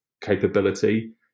capability